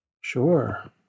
Sure